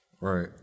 Right